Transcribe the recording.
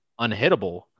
unhittable